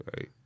right